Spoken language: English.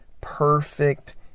perfect